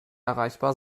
erreichbar